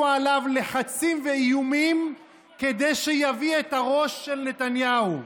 עליו לחצים ואיומים כדי שיביא את הראש של נתניהו.